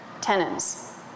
tenants